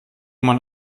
man